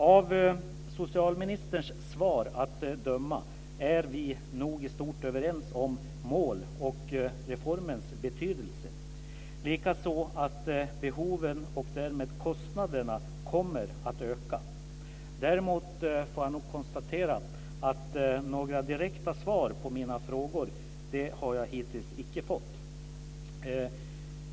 Av socialministerns svar att döma är vi nog i stort överens om målen och reformens betydelse, likaså om att behoven och därmed kostnaderna kommer att öka. Däremot, får jag nog konstatera, har jag hittills icke fått några direkta svar på mina frågor.